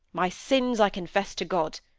my sins i confess to god.